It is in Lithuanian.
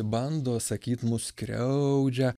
bando sakyt mus skriaudžia